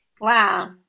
Wow